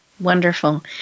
wonderful